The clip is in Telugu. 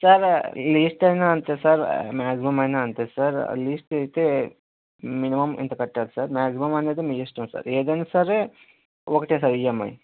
సార్ లీస్ట్ అయినా అంతే సార్ మాక్సిమం అయినా అంతే సార్ లీస్ట్ అయితే మినిమం ఇంత కట్టాలి సార్ మాక్సిమం అనేది మీ ఇష్టం సార్ ఏదైనా సరే ఒకటే సార్ ఈఎంఐ